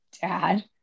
Dad